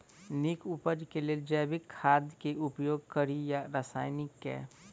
नीक उपज केँ लेल जैविक खाद केँ उपयोग कड़ी या रासायनिक केँ?